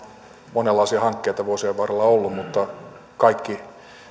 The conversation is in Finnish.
monenlaisia hankkeita vuosien varrella ollut mutta kaikki